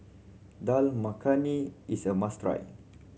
Dal Makhani is a must try